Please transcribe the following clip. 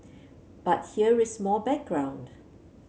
but here more background